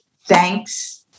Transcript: thanks